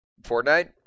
Fortnite